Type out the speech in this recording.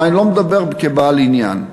אבל אני לא מדבר כבעל עניין.